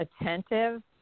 attentive